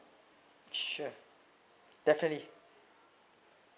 sure definitely